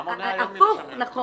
נכון.